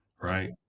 Right